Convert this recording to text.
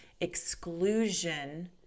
exclusion